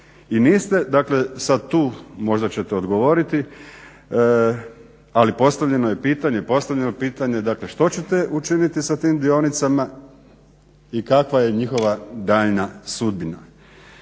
I niste, dakle sad tu možda ćete odgovoriti ali postavljeno je pitanje dakle što ćete učiniti sa tim dionicama i kakva je njihova daljnja sudbina.